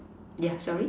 yeah sorry